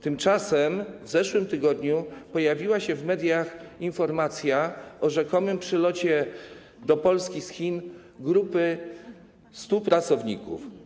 Tymczasem w zeszłym tygodniu pojawiła się w mediach informacja o rzekomym przylocie do Polski z Chin grupy 100 pracowników.